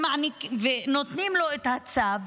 ונותנים לו את הצו,